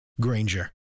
Granger